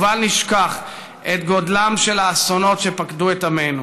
ובל נשכח את גודלם של האסונות שפקדו את עמנו.